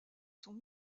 sont